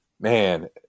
man